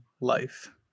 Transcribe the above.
life